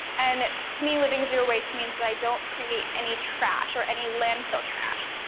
and to me leaving zero waste means that i don't create any trash, or any landfill trash.